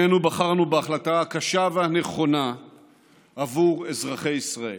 שנינו בחרנו בהחלטה הקשה והנכונה עבור אזרחי ישראל.